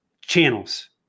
channels